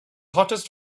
hottest